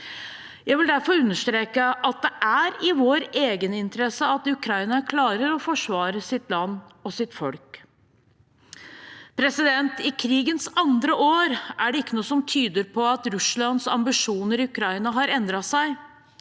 Jeg vil derfor understreke at det er i vår egeninteresse at Ukraina klarer å forsvare sitt land og sitt folk. I krigens andre år er det ikke noe som tyder på at Russlands ambisjoner i Ukraina har endret seg.